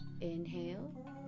inhale